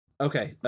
Okay